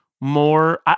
more